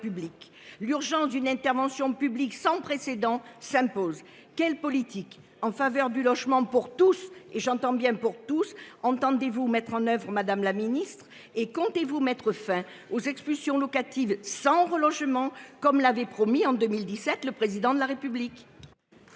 publics. Une intervention publique sans précédent s’impose de manière urgente. Quelle politique en faveur du logement pour tous – je dis bien : pour tous – entendez vous mettre en œuvre, madame la ministre ? Comptez vous mettre fin aux expulsions locatives sans relogement, comme l’avait promis en 2017 le Président de la République ?